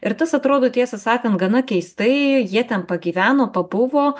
ir tas atrodo tiesą sakant gana keistai jie ten pagyveno pabuvo